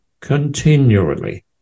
continually